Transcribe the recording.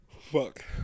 Fuck